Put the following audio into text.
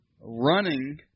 running